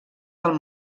del